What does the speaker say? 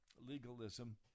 legalism